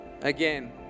again